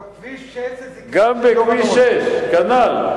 כביש 6 זה, גם בכביש 6, כנ"ל.